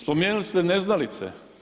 Spomenuli ste neznalice.